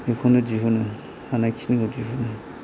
बेखौनो दिहुनो हानायखिनिखौ दिहुनो